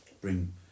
bring